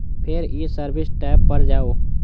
फेर ई service tab पर जाउ